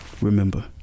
Remember